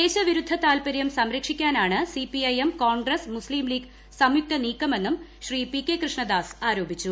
ദേശവിരുദ്ധ താൽപര്യം സംരക്ഷിക്കാനാണ് C P I M Congress Muslim League സംയുക്ത നീക്കമെന്നും ശ്രീ പി കെ കൃഷ്ണദാസ് ആരോപിച്ചു